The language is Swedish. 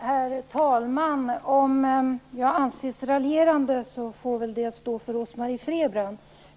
Herr talman! Om jag anses vara raljerande får det väl stå för Rose-Marie Frebran.